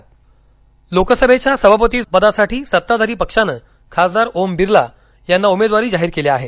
लोकसभा सभापती लोकसभेच्या सभापतीपदासाठी सत्ताधारी पक्षानं खासदार ओम बिर्ला यांना उमेदवारी जाहीर केली आहे